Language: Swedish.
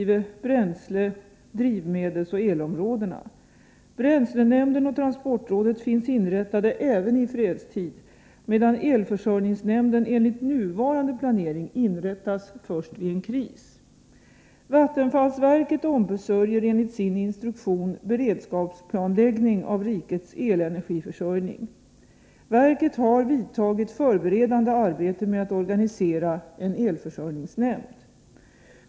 Vattenfallsverket ombesörjer enligt sin instruktion beredskapsplanläggning av rikets elenergiförsörjning. Verket har vidtagit förberedande arbete med att organisera en elförsörjningsnämnd.